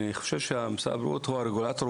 אני חושב שמשרד הבריאות הוא הרגולטור.